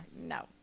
No